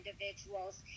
individuals